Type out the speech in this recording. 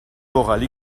morale